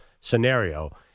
scenario